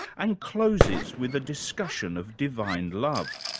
and closes with a discussion of divine love.